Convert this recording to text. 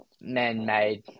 man-made